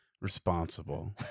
responsible